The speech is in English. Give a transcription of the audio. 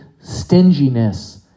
stinginess